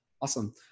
awesome